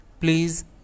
Please